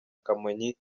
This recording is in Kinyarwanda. kamonyi